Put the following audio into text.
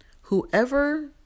Whoever